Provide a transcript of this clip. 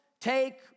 take